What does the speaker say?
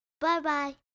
Bye-bye